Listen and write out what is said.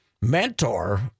mentor